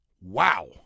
wow